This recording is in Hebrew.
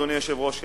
אדוני היושב-ראש,